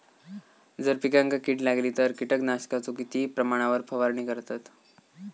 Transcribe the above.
जर पिकांका कीड लागली तर कीटकनाशकाचो किती प्रमाणावर फवारणी करतत?